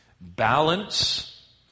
Balance